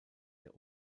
der